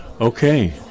Okay